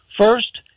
First